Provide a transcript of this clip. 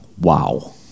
Wow